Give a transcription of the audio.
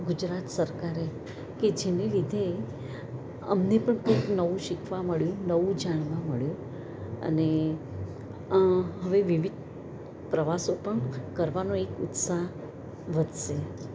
ગુજરાત સરકારે કે જેને લીધે અમને પણ કંઈક નવું શીખવા મળ્યું નવું જાણવા મળ્યું અને હવે વિવિધ પ્રવાસો પણ કરવાનો એક ઉત્સાહ વધશે